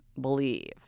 believe